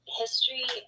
history